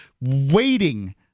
waiting